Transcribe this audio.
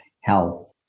health